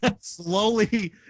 slowly